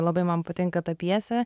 labai man patinka ta pjesė